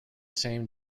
same